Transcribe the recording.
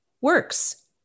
works